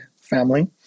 family